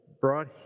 brought